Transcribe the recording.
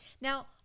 Now